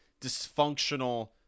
dysfunctional